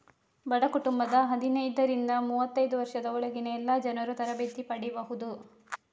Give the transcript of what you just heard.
ಬಡ ಕುಟುಂಬದ ಹದಿನೈದರಿಂದ ಮೂವತ್ತೈದು ವರ್ಷದ ಒಳಗಿನ ಎಲ್ಲಾ ಜನರೂ ತರಬೇತಿ ಪಡೀಬಹುದು